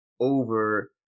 over